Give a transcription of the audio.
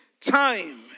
time